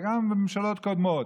וגם בממשלות קודמות,